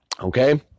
okay